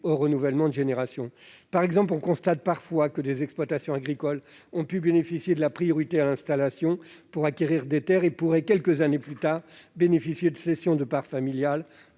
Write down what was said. au renouvellement des générations. Par exemple, on constate parfois que des exploitants agricoles ont pu bénéficier de la priorité à l'installation pour acquérir des terres et qu'ils ont, quelques années plus tard, repris une autre